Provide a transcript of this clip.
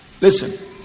Listen